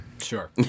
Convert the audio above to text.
Sure